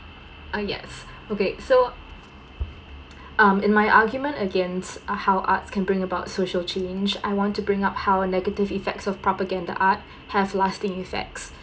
ah yes okay so um in my argument against how arts can bring about social change I want to bring up how negative effects of propaganda art has lasting effects